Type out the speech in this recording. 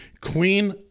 Queen